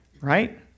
right